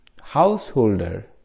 householder